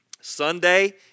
Sunday